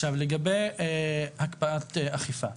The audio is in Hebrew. לגבי הקפאת אכיפה.